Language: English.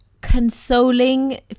consoling